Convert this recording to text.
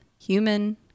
human